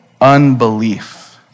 unbelief